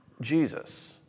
Jesus